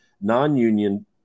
non-union